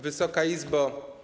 Wysoka Izbo!